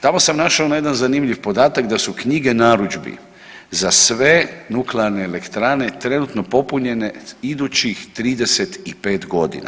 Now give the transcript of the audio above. Tamo sam naišao na jedan zanimljiv podatak da su knjige narudžbi za sve nuklearne elektrane trenutno popunjene idućih 35 godina.